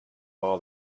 ball